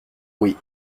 oui